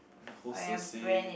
the whole Cersei